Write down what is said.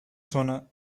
zona